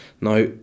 Now